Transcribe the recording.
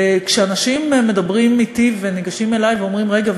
וכשאנשים מדברים אתי וניגשים אלי ואומרים: רגע,